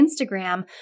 Instagram